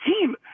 team